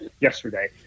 yesterday